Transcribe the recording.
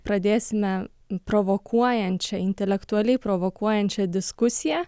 pradėsime provokuojančia intelektualiai provokuojančia diskusija